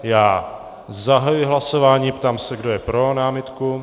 Já zahajuji hlasování, ptám se, kdo je pro námitku.